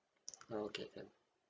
okay